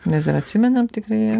mes dar atsimenam tikrai ją